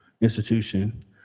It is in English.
institution